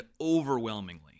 overwhelmingly